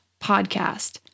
podcast